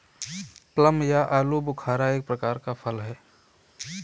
plum या आलूबुखारा एक प्रकार का फल है